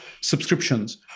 subscriptions